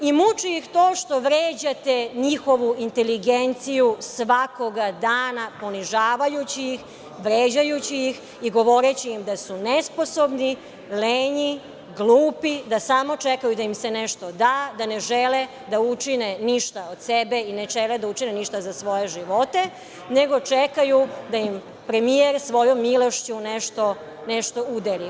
Muči ih to što vređate njihovu inteligenciju svakoga dana vređajući ih, ponižavajući ih i govoreći im da su nesposobni, lenji, glupi, da samo čekaju da im se nešto da, da ne žele da učine ništa od sebe i ne žele da učine ništa za svoje živote, nego čekaju da im premijer svojom milošću nešto udeli.